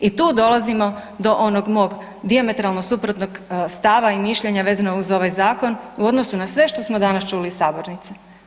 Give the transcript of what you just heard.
I tu dolazimo do onog mog dijametralno suprotnog stava i mišljenja vezano uz ovaj zakon u odnosu na sve što smo danas čuli u sabornici.